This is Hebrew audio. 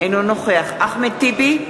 אינו נוכח אחמד טיבי,